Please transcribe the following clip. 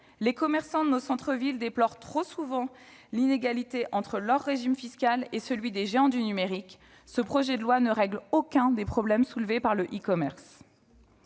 Les commerçants de nos centres-villes déplorent trop souvent l'inégalité entre leur régime fiscal et celui des géants du numérique ; ce projet de loi ne règle aucun des problèmes soulevés par le e-commerce.